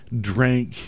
drank